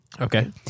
Okay